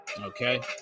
okay